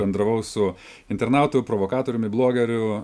bendravau su internautų provokatoriumi blogeriu